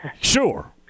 Sure